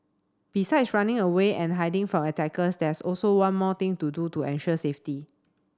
besides running away and hiding from attackers there's also one more thing to do to ensure safety